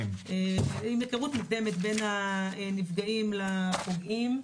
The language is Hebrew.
עם היכרות מוקדמת בין הנפגעים לפוגעים,